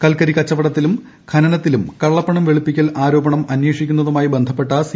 കൽക്കരി കച്ചവടത്തിലും ഖനനത്തിലും കള്ളപ്പണം വെളുപ്പിക്കൽ ആരോപണം അന്വേഷിക്കുന്നതുമായി ബന്ധപ്പെട്ട സി